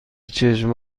چشم